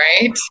right